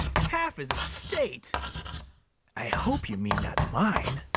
half his estate i hope you mean not mine.